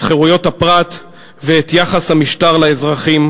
את חירויות הפרט ואת יחס המשטר לאזרחים,